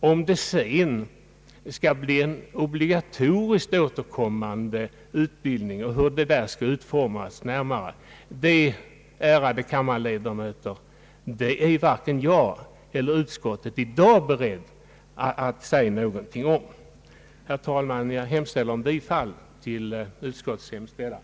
Om det sedan skall bli en obligatoriskt återkommande utbildning och hur den skall utformas närmare kan varken jag eller utskottet i dag säga någonting om. Herr talman! Jag yrkar bifall till utskottets hemställan.